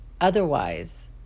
otherwise